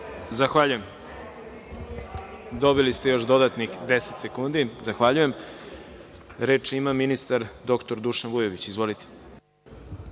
Zahvaljujem. Dobili ste još dodatnih deset sekundi. Zahvaljujem. Reč ima ministar dr Dušan Vujović. Izvolite.